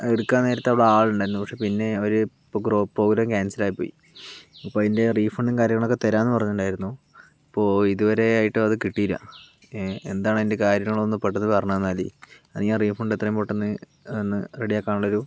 എടുക്കാൻ നേരത്ത് അവിടെ ആൾ ഉണ്ടായിരുന്നു പക്ഷെ പിന്നെ അവർ ഇപ്പോൾ ഗ്രോ പ്രോഗ്രാം ക്യാൻസൽ ആയി പോയി അപ്പോൾ അതിൻ്റെ റീഫണ്ടും കാര്യങ്ങളൊക്കെ തരാമെന്ന് പറഞ്ഞിട്ടുണ്ടായിരുന്നു ഇപ്പോൾ ഇത് വരെ ആയിട്ടും അത് കിട്ടിയില്ല ഏ എന്താണ് അതിൻ്റെ കാര്യങ്ങളൊന്ന് ഒന്ന് പെട്ടെന്ന് പറഞ്ഞു തന്നാൽ അല്ലെങ്കിൽ ആ റീഫണ്ട് എത്രയും പെട്ടെന്ന് ഒന്ന് റെഡിയാക്കാനുള്ളൊരു